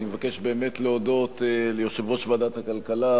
אני מבקש באמת להודות ליושב-ראש ועדת הכלכלה,